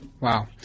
Wow